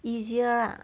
easier lah